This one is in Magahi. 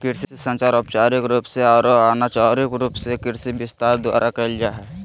कृषि संचार औपचारिक रूप से आरो अनौपचारिक रूप से कृषि विस्तार द्वारा कयल जा हइ